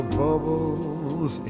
bubbles